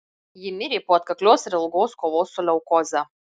ji mirė po atkaklios ir ilgos kovos su leukoze